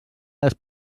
les